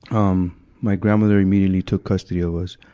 um my grandmother immediately took custody of us,